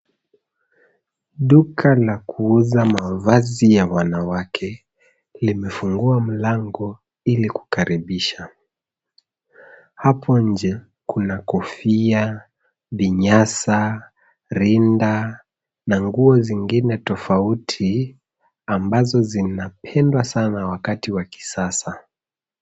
Duka la kuuza mavazi ya wanawake limefungua mlango ili kukaribisha. Hapo nje kuna kofia, vinyasa, rinda na nguo zingine tofauti ambazo zinapendwa sana wakati wa kisasa.